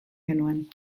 genuen